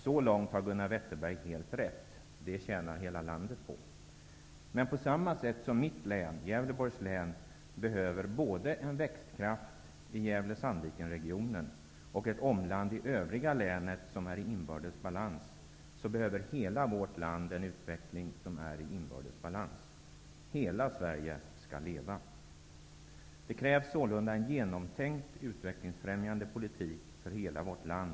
Så långt har Gunnar Wetterberg helt rätt. Det tjänar hela landet på. Men på samma sätt som mitt län, Gävleborgs län, behöver både en växtkraft i Gävle-- Sandvikenregionen och ett omland i övriga regionen som är i inbördes balans, behöver hela vårt land en utveckling som är i inbördes balans. Hela Sverige skall leva! Det krävs sålunda en genomtänkt utvecklingsfrämjande politik för hela vårt land.